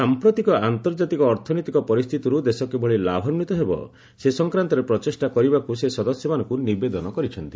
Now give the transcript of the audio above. ସାଂପ୍ରତିକ ଆନ୍ତର୍ଜାତିକ ଅର୍ଥନୈତିକ ପରିସ୍ଥିତିରୁ ଦେଶ କିଭଳି ଲାଭାନ୍ୱିତ ହେବ ସେ ସଂକ୍ରାନ୍ତରେ ପ୍ରଚେଷ୍ଟା କରିବାକୁ ସେ ସଦସ୍ୟମାନଙ୍କୁ ନିବେଦନ କରିଛନ୍ତି